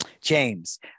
James